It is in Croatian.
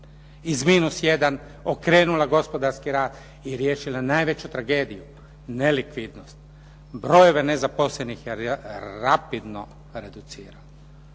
iz minus 1, okrenula gospodarski rad i riješila najveću tragediju, nelikvidnost, brojeve nezaposlenih rapidno reducira.